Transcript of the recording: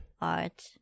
art